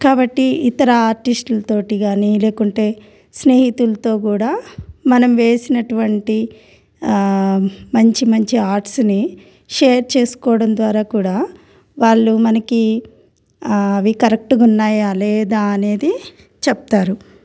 కాబట్టి ఇతర ఆర్టిస్టులతోటి కానీ లేకుంటే స్నేహితులతో కూడా మనం వేసినటువంటి మంచి మంచి ఆర్ట్స్ని షేర్ చేసుకోవడం ద్వారా కూడా వాళ్ళు మనకి అవి కరెక్ట్గా ఉన్నాయా లేదా అనేది చెప్తారు